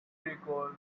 recalled